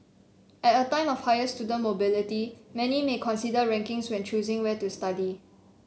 at a time of higher student mobility many may consider rankings when choosing where to study